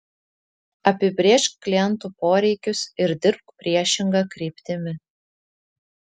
apibrėžk klientų poreikius ir dirbk priešinga kryptimi